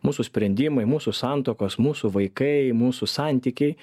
mūsų sprendimai mūsų santuokos mūsų vaikai mūsų santykiai